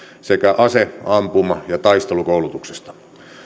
sekä ase ampuma ja taistelukoulutuksesta